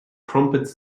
crumpets